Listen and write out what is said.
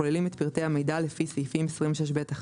הכוללים את פרטי המידע לפי סעיפים 26ב1,